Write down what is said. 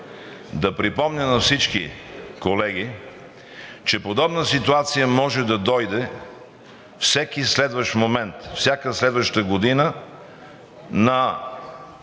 да припомня на всички колеги, че подобна ситуация може да дойде във всеки следващ момент и всяка следваща година на